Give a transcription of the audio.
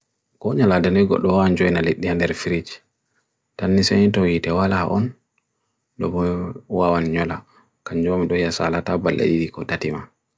kon nyala deniguk luwaan joe nalik dihan derrefrige tan nisa nito iitewa laha on luwa wan nyala kanjo mendo yasalata bala idiko tatima